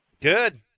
Good